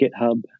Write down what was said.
GitHub